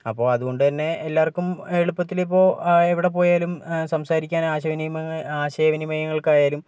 അപ്പോൾ അതുകൊണ്ടുതന്നെ എല്ലാവർക്കും എളുപ്പത്തിലിപ്പോൾ എവിടെപ്പോയാലും സംസാരിക്കാൻ ആശയവിനിമയം ആശയവിനിമയങ്ങൾക്കായാലും